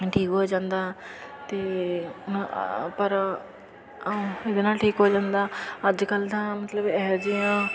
ਠੀਕ ਹੋ ਜਾਂਦਾ ਅਤੇ ਹ ਪਰ ਇਹਦੇ ਨਾਲ ਠੀਕ ਹੋ ਜਾਂਦਾ ਅੱਜ ਕੱਲ੍ਹ ਤਾਂ ਮਤਲਬ ਇਹੋ ਜਿਹੀਆਂ